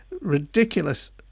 ridiculous